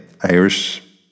Irish